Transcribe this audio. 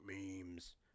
memes